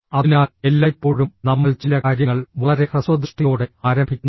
അതിനാൽ എല്ലായ്പ്പോഴും നമ്മൾ ചില കാര്യങ്ങൾ വളരെ ഹ്രസ്വദൃഷ്ടിയോടെ ആരംഭിക്കുന്നു